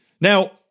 Now